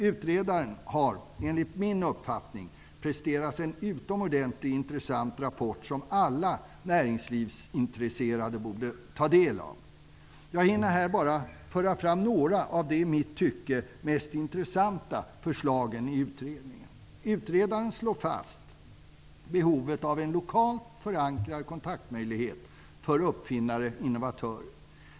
Utredaren har enligt min uppfattning presterat en utomordentligt intressant rapport, som alla näringslivsintresserade borde ta del av. Jag hinner här bara föra fram några av de i mitt tycke mest intressanta förslagen i utredningen. Utredaren slår fast behovet av en lokalt förankrad kontaktmöjlighet för uppfinnare/innovatörer.